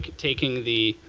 taking the